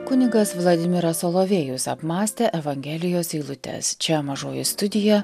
kunigas vladimiras solovejus apmąstė evangelijos eilutes čia mažoji studija